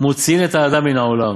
מוציאין את האדם מן העולם.